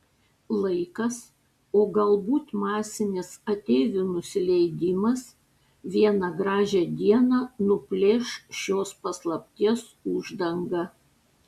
laikas o galbūt masinis ateivių nusileidimas vieną gražią dieną nuplėš šios paslapties uždangą